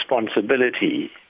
responsibility